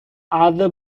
other